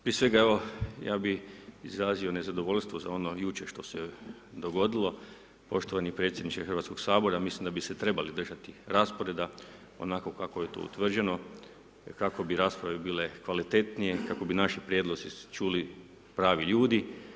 Prije svega, evo, ja bi izrazio nezadovoljstvo za ono jučer što se dogodilo, poštovani predsjedniče Hrvatskog sabora, mislim da bi se trebali držati rasporeda, onako kako je to utvrđeno, kako bi rasprave bile kvalitetnije, kako bi naši prijedlozi se čuli pravi ljudi.